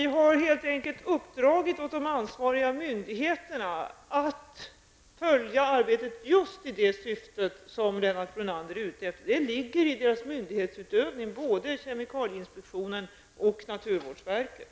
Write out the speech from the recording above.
Herr talman! Vi har helt enkelt uppdragit åt de ansvariga myndigheterna att följa arbetet i just det syfte som Lennart Brunander är ute efter. Det ligger i deras myndighetsutövning -- det gäller både kemikalieinspektionen och naturvårdsverket.